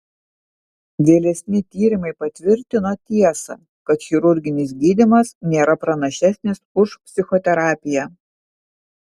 vėlesni tyrimai patvirtino tiesą kad chirurginis gydymas nėra pranašesnis už psichoterapiją